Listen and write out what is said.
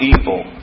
evil